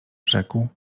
rzekł